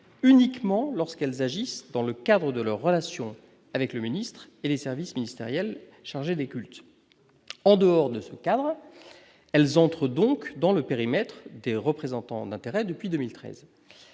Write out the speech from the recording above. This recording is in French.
uniquement lorsqu'elles agissent dans le cadre de leurs relations avec le ministre et les services ministériels, chargé des cultes, en dehors de ce cas elles entrent donc dans le périmètre des représentants d'intérêts depuis 2013